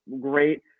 great